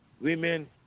women